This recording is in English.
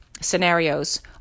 scenarios